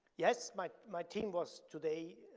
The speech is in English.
yes, my my team was, today,